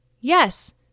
Yes